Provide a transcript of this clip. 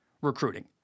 recruiting